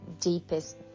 deepest